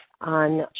on